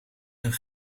een